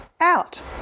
out